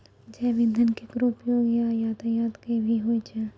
जैव इंधन केरो उपयोग सँ यातायात म भी होय छै